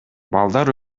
балдар